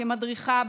כמדריכה,